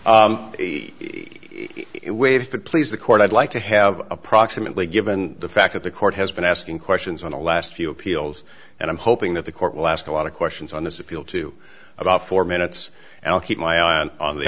it waived it please the court i'd like to have approximately given the fact that the court has been asking questions on the last few appeals and i'm hoping that the court will ask a lot of questions on this appeal to about four minutes and i'll keep my eye on the on the